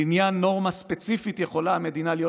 לעניין נורמה ספציפית יכולה המדינה להיות